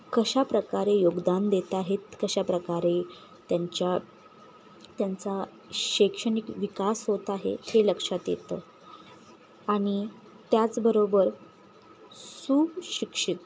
कशा प्रकारे योगदान देत आहेत कशाप्रकारे त्यांच्या त्यांचा शैक्षणिक विकास होत आहे ते लक्षात येतं आणि त्याचबरोबर सुशिक्षित